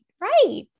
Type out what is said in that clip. right